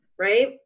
Right